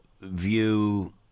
view